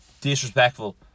disrespectful